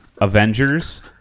Avengers